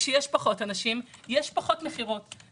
וכאשר יש פחת אנשים יש פחות מכירות.